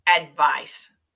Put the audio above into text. advice